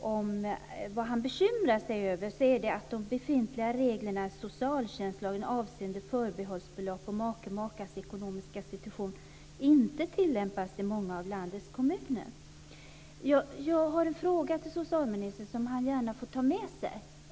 om vad han bekymrar sig för, nämligen att de befintliga reglerna i socialtjänstlagen avseende förbehållsbelopp och make eller makas ekonomiska situation inte tilllämpas i många av landets kommuner. Jag har en fråga till socialministern, som han gärna får ta med sig.